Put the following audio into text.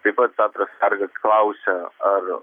taip pat petras skarga klausia ar